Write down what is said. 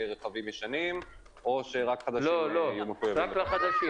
רכבים ישנים או רק חדשים יהיו מחויבים.